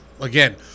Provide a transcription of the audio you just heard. again